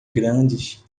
grandes